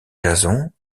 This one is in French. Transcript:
jason